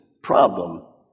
problem